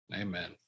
Amen